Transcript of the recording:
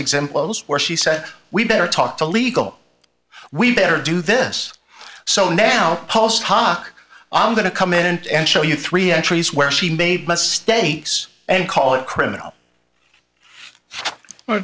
examples where she said we better talk to legal we better do this so now post hoc i'm going to come in and show you three entries where she made mistakes and call it criminal oh